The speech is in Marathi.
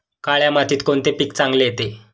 काळ्या मातीत कोणते पीक चांगले येते?